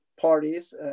parties